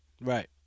Right